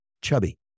Chubby